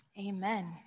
amen